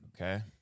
Okay